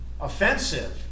offensive